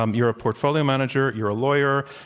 um you're a portfolio manager. you're a lawyer.